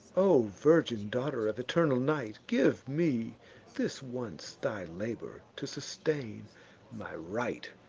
o virgin daughter of eternal night, give me this once thy labor, to sustain my right,